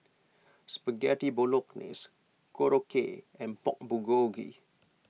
Spaghetti Bolognese Korokke and Pork Bulgogi